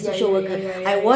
ya ya ya ya ya